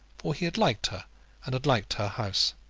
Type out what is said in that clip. for he had liked her and had liked her house.